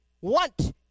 want